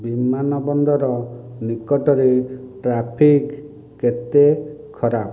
ବିମାନବନ୍ଦର ନିକଟରେ ଟ୍ରାଫିକ୍ କେତେ ଖରାପ